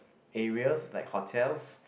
areas like hotels